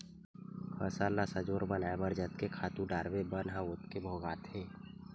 फसल ल सजोर बनाए बर जतके खातू डारबे बन ह ओतके भोगाथे